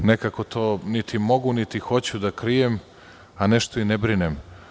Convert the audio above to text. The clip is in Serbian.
Nekako to niti mogu, niti hoću da krijem, a nešto i ne brinem.